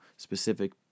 specific